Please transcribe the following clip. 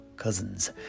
cousins